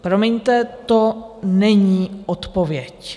Promiňte, to není odpověď.